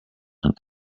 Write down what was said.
and